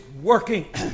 working